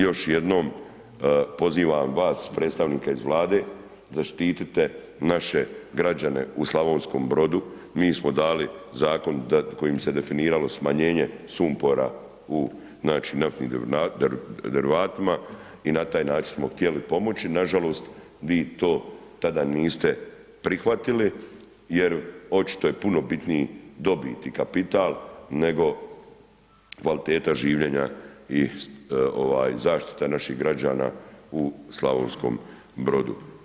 Još jednom pozivam vas predstavnika iz Vlade da zaštitite naše građane u Slavonskom Brodu, mi smo dali zakon kojim bi se definiralo smanjenje sumpora u naftnim derivatima i na taj način smo htjeli pomoći, nažalost vi to tada niste prihvatili jer očito je puno bitniji dobit i kapital nego kvaliteta življenja i zaštita napih građana u Slavonskom Brodu.